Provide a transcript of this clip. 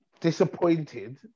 disappointed